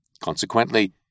Consequently